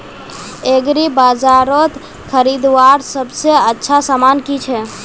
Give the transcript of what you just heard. एग्रीबाजारोत खरीदवार सबसे अच्छा सामान की छे?